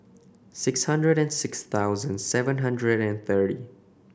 six hundred and six thousand seven hundred and thirty